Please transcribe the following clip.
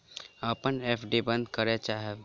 हम अपन एफ.डी बंद करय चाहब